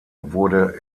wurde